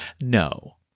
no